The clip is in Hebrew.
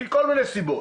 וזה מכל מיני סיבות.